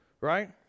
right